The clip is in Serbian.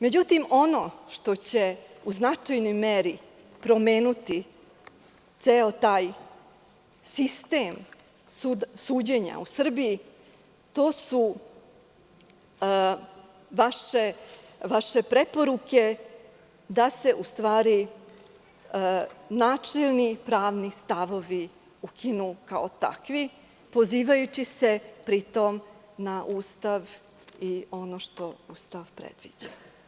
Međutim, ono što će u značajnoj meri promeniti ceo taj sistem suđenja u Srbiji to su vaše preporuke da se, u stvari, načelni pravni stavovi ukinu kao takvi, pozivajući se pri tom na Ustav i ono što Ustav predviđa.